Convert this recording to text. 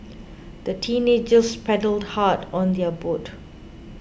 the teenagers paddled hard on their boat